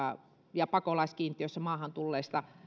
ja pakolaiskiintiössä maahan